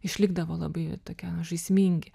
išlikdavo labai tokie žaismingi